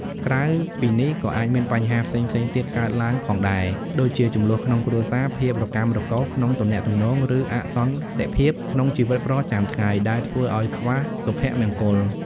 ក្រៅពីនេះ ក៏អាចមានបញ្ហាផ្សេងៗទៀតកើតឡើងផងដែរ ដូចជាជម្លោះក្នុងគ្រួសារ ភាពរកាំរកូសក្នុងទំនាក់ទំនង ឬអសន្តិភាពក្នុងជីវិតប្រចាំថ្ងៃ ដែលធ្វើឲ្យខ្វះសុភមង្គល។